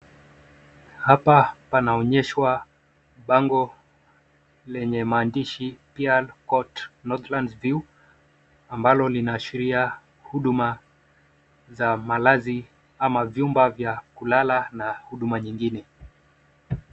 Hapa panaonyeshwa bango lenye maandishi Pearl Court Northlands view ambalo linaashiria huduma za malazi ama vyumba vya kulala na huduma nyingine.